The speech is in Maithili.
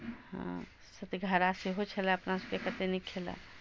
हँ सतघारा सेहो छलै अपना सबके कते नीक खेला